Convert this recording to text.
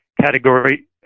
category